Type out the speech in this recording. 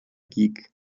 geek